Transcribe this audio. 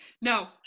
No